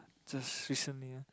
just recently lah